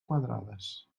quadrades